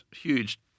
Huge